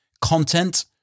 content